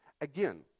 Again